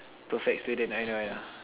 perfect student I know I know